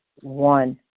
One